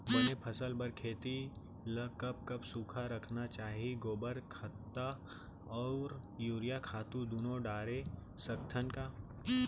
बने फसल बर खेती ल कब कब सूखा रखना चाही, गोबर खत्ता और यूरिया खातू दूनो डारे सकथन का?